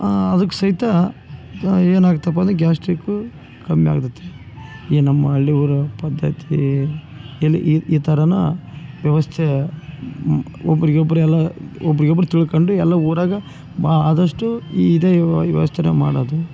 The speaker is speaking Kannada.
ಅದಕ್ಕೆ ಸಹಿತ ಏನಾಗತಪ್ಪ ಅಂದರೆ ಗ್ಯಾಸ್ಟ್ರಿಕ್ಕು ಕಮ್ಮಿ ಆಗತೈತಿ ಈ ನಮ್ಮ ಹಳ್ಳಿಗರ ಪದ್ಧತಿಯಲ್ಲಿ ಈ ಈ ಥರ ವ್ಯವಸ್ಥೆ ಒಬ್ಬರಿಗೆ ಒಬ್ರಲ್ಲಾ ಒಬ್ರಿಗೆ ಒಬ್ರು ತುಳ್ಕಂಡು ಎಲ್ಲ ಉರಾಗ ಆದಷ್ಟು ಇದೇ ವ್ಯವಸ್ಥೆನೇ ಮಾಡೋದು